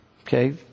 Okay